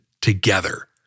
together